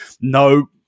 no